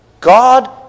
God